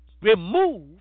remove